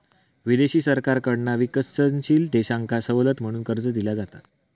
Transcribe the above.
विदेशी सरकारकडना विकसनशील देशांका सवलत म्हणून कर्ज दिला जाता